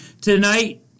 Tonight